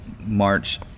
March